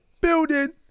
Building